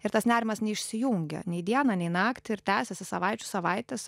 ir tas nerimas neišsijungia nei dieną nei naktį ir tęsiasi savaičių savaites